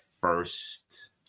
first